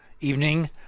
evening